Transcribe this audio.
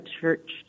church